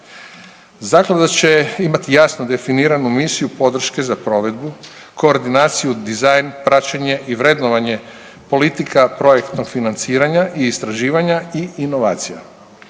Zaklada će imati jasno definiranu misiju podrške za provedbu, koordinaciju, dizajn, praćenje i vrednovanje politika projektnog financiranja i istraživanja i inovacija.